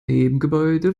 nebengebäude